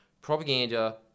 propaganda